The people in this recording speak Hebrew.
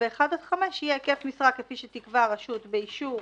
וב-1 עד 5 יהיה היקף משרה כפי שתקבע הרשות באישור